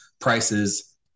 prices